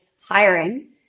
hiring